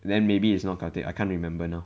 then maybe it's not khatib I can't remember now